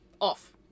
off